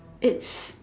it's